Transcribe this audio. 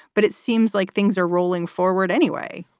but it seems like things are rolling forward anyway,